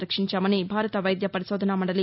పరీక్షించామని భారత వైద్య పరిశోధన మందలి